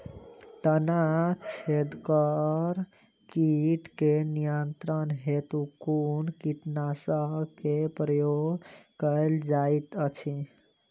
तना छेदक कीट केँ नियंत्रण हेतु कुन कीटनासक केँ प्रयोग कैल जाइत अछि?